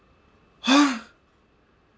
!huh!